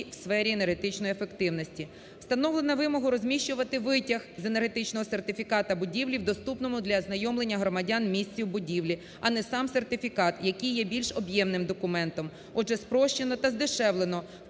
в сфері енергетичної ефективності. Встановлено вимогу розміщувати витяг з енергетичного сертифіката будівлі в доступному для ознайомлення громадян в місті в будівлі, а не сам сертифікат, який є більш об'ємним документом. Отже, спрощено та здешевлено,